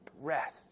rest